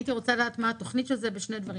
והייתי רוצה לדעת מה התוכנית של זה בשני דברים.